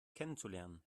kennenzulernen